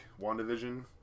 WandaVision